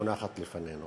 שמונחת לפנינו.